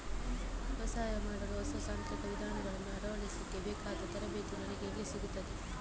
ವ್ಯವಸಾಯ ಮಾಡಲು ಹೊಸ ತಾಂತ್ರಿಕ ವಿಧಾನಗಳನ್ನು ಅಳವಡಿಸಲಿಕ್ಕೆ ಬೇಕಾದ ತರಬೇತಿ ನನಗೆ ಎಲ್ಲಿ ಸಿಗುತ್ತದೆ?